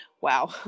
wow